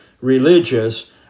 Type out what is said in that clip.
religious